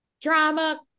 drama